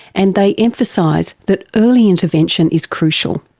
and they emphasise that early intervention is crucial.